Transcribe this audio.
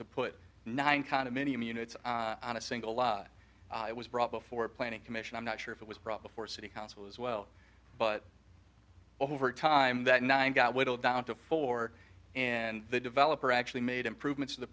to put nine condominium units on a single law i was brought before a planning commission i'm not sure if it was brought before city council as well but over time that nine got whittled down to four and the developer actually made improvements to the